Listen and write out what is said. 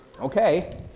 Okay